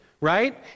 right